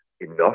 enough